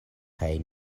kaj